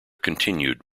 continued